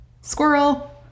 Squirrel